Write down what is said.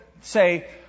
say